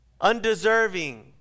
undeserving